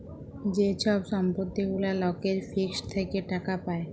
যে ছব সম্পত্তি গুলা লকের ফিক্সড থ্যাকে টাকা পায়